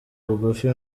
bugufi